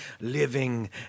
living